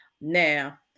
Now